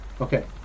Okay